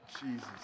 Jesus